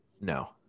No